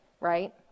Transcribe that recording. right